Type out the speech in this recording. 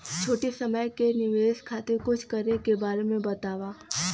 छोटी समय के निवेश खातिर कुछ करे के बारे मे बताव?